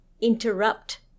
interrupt